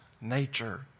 nature